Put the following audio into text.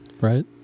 right